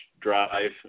drive